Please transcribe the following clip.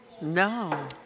No